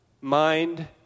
mind